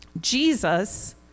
Jesus